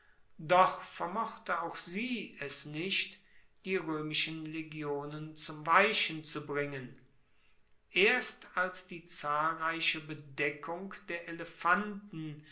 doch vermochte auch sie es nicht die roemischen legionen zum weichen zu bringen erst als die zahlreiche bedeckung der elefanten